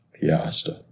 Piazza